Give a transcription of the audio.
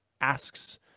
asks